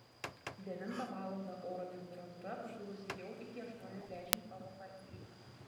devintą valandą oro temperatūra pakilusi jau iki aštuoniasdešimt pagal farenheitą